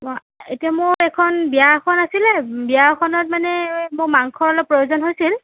এতিয়া মই এখন বিয়া এখন আছিলে বিয়াখনত মানে মোৰ মাংসৰ অলপ প্ৰয়োজন হৈছিল